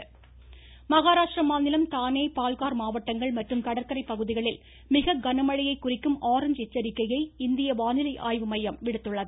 மழை எச்சரிக்கை மகாராஷ்ட்ர மாநிலம் தானே பால்கார் மாவட்டங்கள் மற்றும் கடற்கரை பகுதிகளில் மிக கனமழையை குறிக்கும் ஆரஞ்ச் எச்சரிக்கையை இந்திய வானிலை ஆய்வு மையம் விடுத்துள்ளது